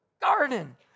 garden